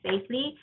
safely